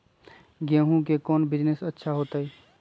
गेंहू के कौन बिजनेस अच्छा होतई?